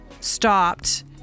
stopped